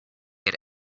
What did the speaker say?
had